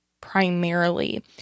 primarily